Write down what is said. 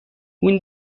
اون